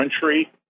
country